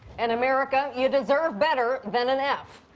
and america, you deserve better than an f.